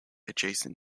adjacent